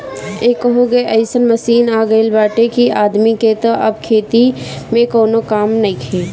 एकहगो अइसन मशीन आ गईल बाटे कि आदमी के तअ अब खेती में कवनो कामे नइखे